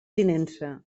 tinença